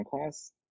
class